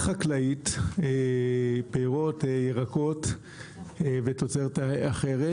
תוצרת חקלאית, פירות, ירקות ותוצרת אחרת,